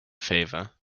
favor